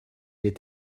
est